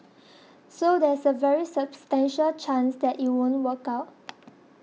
so there's a very substantial chance that it won't work out